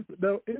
No